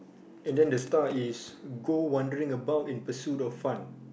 and there the star is go wandering about in pursuit of fun